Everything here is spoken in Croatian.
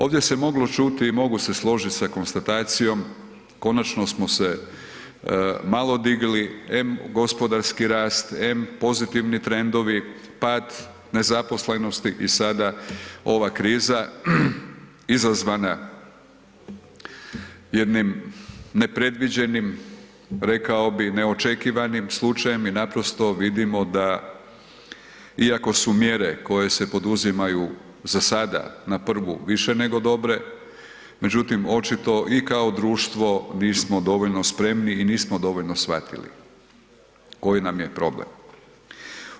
Ovdje se moglo čuti i mogu se složit sa konstatacijom konačno smo se malo digli, em gospodarski rast, em pozitivni trendovi, pad nezaposlenosti i sada ova kriza izazvana jednim nepredviđenim, rekao bi, neočekivanim slučajem i naprosto vidimo da iako su mjere koje se poduzimaju za sada na prvu više nego dobre, međutim očito i kao društvo nismo dovoljno spremni i nismo dovoljno shvatili koji nam je problem.